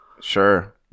Sure